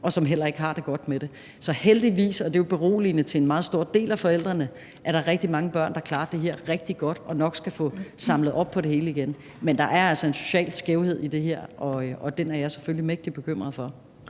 og som heller ikke har det godt med det. Heldigvis – og det er jo til beroligelse for en meget stor del af forældrene – er der rigtig mange børn, der klarer det her rigtig godt og nok skal få samlet op på det hele igen, men der er altså en social skævhed i det her, og den er jeg selvfølgelig mægtig bekymret for.